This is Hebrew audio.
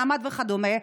נעמ"ת וכדומה,